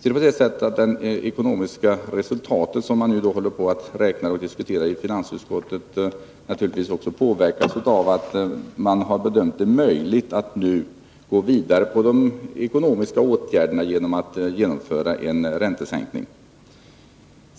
se det på det sättet att det ekonomiska resultatet, som man nu håller på att räkna ut och diskutera i finansutskottet, naturligtvis också påverkas av att man har bedömt det som möjligt att gå vidare med ekonomiska åtgärder genom att genomföra en räntesänkning.